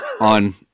on